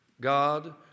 God